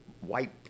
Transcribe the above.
white